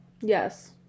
yes